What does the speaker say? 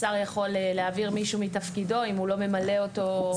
שר יכול להעביר מישהו מתפקידו אם הוא לא ממלא אותו.